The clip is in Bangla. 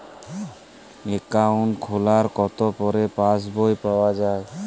অ্যাকাউন্ট খোলার কতো পরে পাস বই পাওয়া য়ায়?